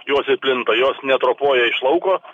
jos ir plinta jos neatropoja iš lauko